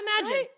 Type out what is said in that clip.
Imagine